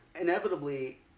inevitably